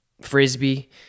frisbee